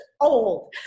old